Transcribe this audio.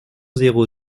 zéro